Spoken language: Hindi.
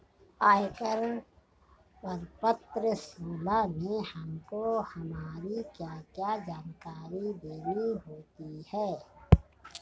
आयकर प्रपत्र सोलह में हमको हमारी क्या क्या जानकारी देनी होती है?